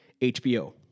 HBO